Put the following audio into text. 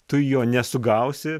tu jo nesugausi